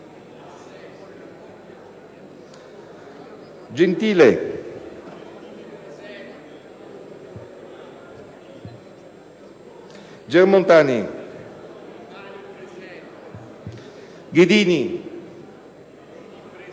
Gentile, Germontani, Ghedini,